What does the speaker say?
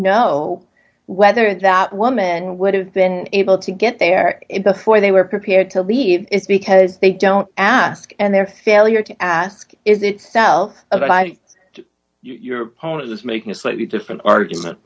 know whether that woman would have been able to get there before they were prepared to leave is because they don't ask and their failure to ask is it still your opponents making a slightly different argument